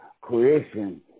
creation